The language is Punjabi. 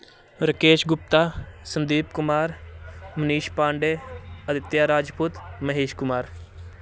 ਰਕੇਸ਼ ਗੁਪਤਾ ਸੰਦੀਪ ਕੁਮਾਰ ਮਨੀਸ਼ ਪਾਂਡੇ ਅਦਿਤਿਆ ਰਾਜਪੂਤ ਮਹੇਸ਼ ਕੁਮਾਰ